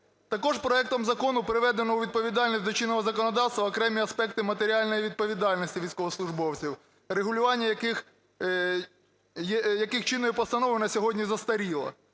Також проектом закону приведено у відповідність до чинного законодавства окремі аспекти матеріальної відповідальності військовослужбовців, регулювання яких чинною постановою на сьогодні застаріло.